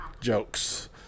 jokes